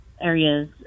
areas